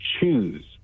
choose